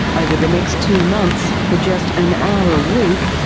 over the next two months for just an hour a week,